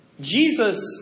Jesus